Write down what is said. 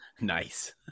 Nice